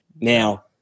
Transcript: Now